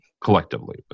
collectively